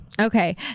Okay